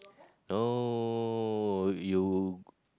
no you